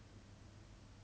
mm